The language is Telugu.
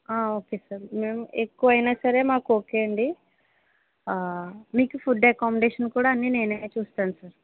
ఓకే సార్ మేము ఎక్కువైనా సరే మాకు ఓకే అండి మీకు ఫుడ్ అకామిడేషన్ కూడా అన్ని నేనే చూస్తాను సార్